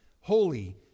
holy